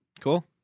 Cool